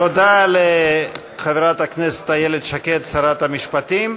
תודה לחברת הכנסת איילת שקד, שרת המשפטים.